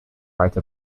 write